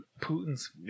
Putin's